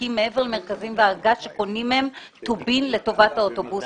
ספקים מעבר למרכבים והארגז שקונים מהם טובין לטובת האוטובוסים.